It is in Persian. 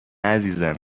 عزیزم